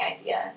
idea